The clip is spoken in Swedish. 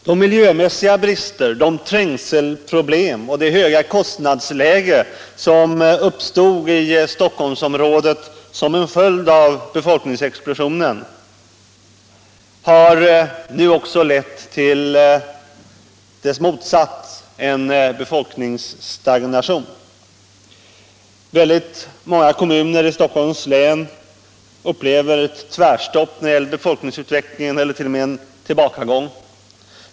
De miljömässiga brister, de trängselproblem och det höga kostnadsläge som uppstod i Stockholmsområdet som en följd av befolkningsexplosionen har nu också lett till dess motsats, en befolkningsstagnation. Många kommuner i Stockholms län upplever ett tvärstopp i befolkningsutvecklingen eller t.o.m. en tillbakagång.